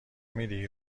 میدی